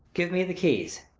give me the keys.